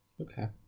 Okay